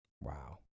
Wow